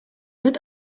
mit